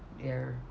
ya